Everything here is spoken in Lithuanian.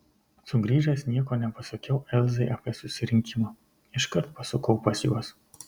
sugrįžęs nieko nepasakiau elzai apie susirinkimą iškart pasukau pas juos